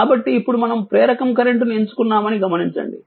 కాబట్టి ఇప్పుడు మనం ప్రేరకం కరెంట్ను ఎంచుకున్నామని గమనించండి